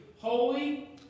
holy